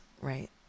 right